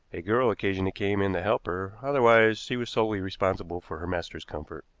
a girl occasionally came in to help her, otherwise she was solely responsible for her master's comfort.